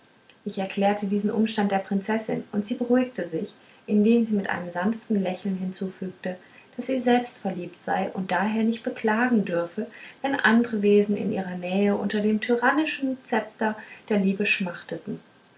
ich erklärte diesen umstand der prinzessin und sie beruhigte sich indem sie mit einem sanften lächeln hinzufügte daß sie selbst verliebt sei und daher nicht beklagen dürfe wenn andre wesen in ihrer nähe unter dem tyrannischen szepter der liebe schmachteten